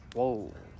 Whoa